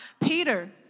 Peter